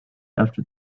after